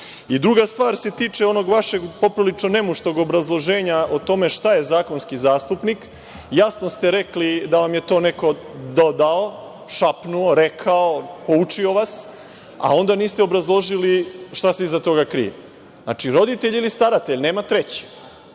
stvar se tiče onog vašeg poprilično nemuštog obrazloženja o tome šta je zakonski zastupnik. Jasno ste rekli da vam je to neko dodao, šapnuo, rekao, poučio vas, a onda niste obrazložili šta se iza toga krije. Znači, roditelj ili staratelj, nema treći.